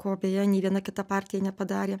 ko beje nei viena kita partija nepadarė